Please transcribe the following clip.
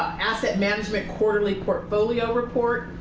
asset management quarterly portfolio report.